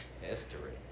History